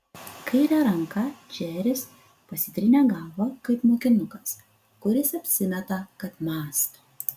kaire ranka džeris pasitrynė galvą kaip mokinukas kuris apsimeta kad mąsto